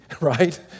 right